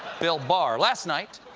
bill barr. last night,